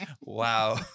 wow